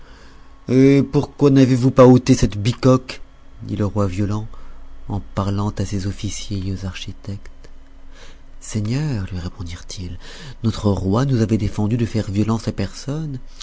et pourquoi n'avez-vous pas ôté cette bicoque dit le roi violent en parlant à ces officiers et aux architectes seigneur lui répondirent-ils notre roi nous avait défendu de faire violence à personne